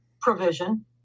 provision